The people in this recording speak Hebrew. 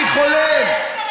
אני חולם.